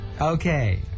Okay